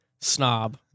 snob